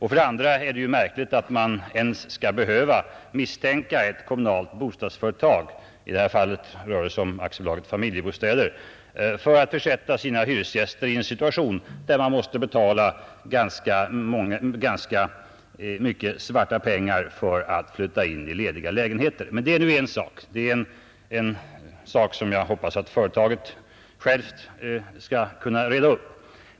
För det andra är det märkligt att man ens skall behöva misstänka ett kommunalt bostadsföretag — i det här fallet AB Familjebostäder — för att försätta sina hyresgäster i situationen att de måste betala stora summor i svarta pengar för att få flytta in i lediga lägenheter. Det är nu en sak, och det är något som jag hoppas att företaget självt kan reda upp.